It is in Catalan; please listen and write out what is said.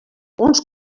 uns